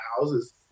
houses